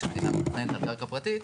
כשהמדינה מתכננת על קרקע פרטית,